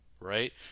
right